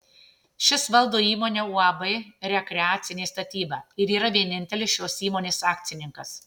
šis valdo įmonę uab rekreacinė statyba ir yra vienintelis šios įmonės akcininkas